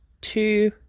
two